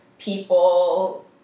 people